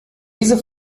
diese